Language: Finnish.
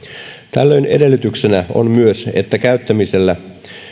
tällöin edellytyksenä on myös että käyttämisellä